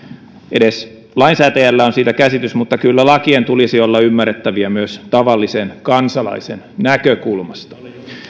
edes lainsäätäjällä on siitä käsitys mutta kyllä lakien tulisi olla ymmärrettäviä myös tavallisen kansalaisen näkökulmasta